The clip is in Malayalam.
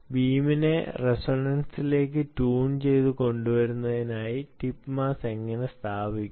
ബീമിനെ റെസൊണൻസിലേക്ക് ട്യൂൺ ചെയ്ത് കൊണ്ടുവരുന്നതിനായി ടിപ്പ് മാസ്സ് എങ്ങനെ സ്ഥാപിക്കും